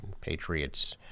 Patriots